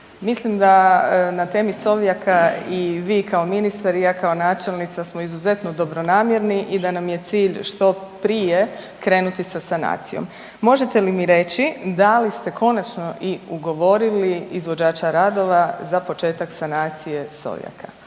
Mislim da na temi Sovjaka i vi kao ministar i ja kao načelnica smo izuzetno dobronamjerni i da nam je cilj što prije krenuti sa sanacijom. Možete li mi reći da li ste konačno i ugovorili izvođača radova za početak sanacije Sovjaka?